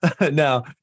Now